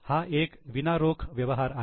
हा एक विना रोख व्यवहार आहे